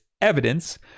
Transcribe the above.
evidence